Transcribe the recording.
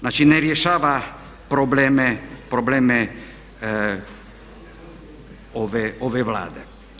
Znači ne rješava probleme ove Vlade.